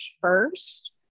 first